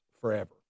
forever